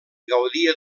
gaudia